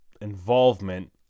involvement